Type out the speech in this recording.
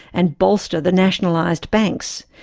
and bolster the nationalised banks,